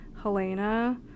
Helena